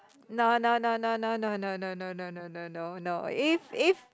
no no no no no no no no no no no no no if if